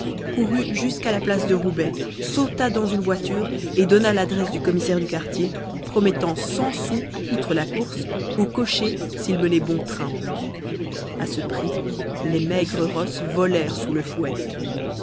courut jusqu'à la place de roubaix sauta dans une voiture et donna l'adresse du commissaire du quartier promettant cent sous outre la course au cocher s'il menait bon train à ce prix les maigres rosses volèrent sous le fouet